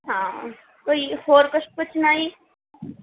ਹਾਂ ਕੋਈ ਹੋਰ ਕੁਝ ਪੁੱਛਣਾ ਜੀ